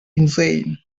insane